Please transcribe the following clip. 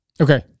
Okay